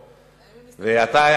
ואתה,